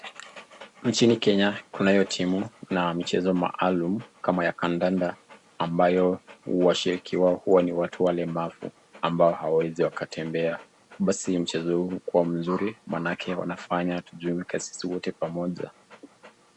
nchini kenya kuna hiyo timu na mchezo maalum kama ya kandanda ambayo washiriki wao huwa ni watu walemavu ambao hawawezi wakatembea basi mchezo kua mzuri maanake wanafanya tujumuika sisi wote pamaja.